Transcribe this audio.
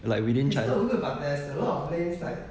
like we need try